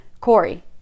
Corey